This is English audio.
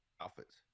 outfits